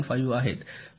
5 आहेत